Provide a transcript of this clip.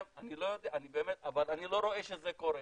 אבל אני לא רואה שזה קורה,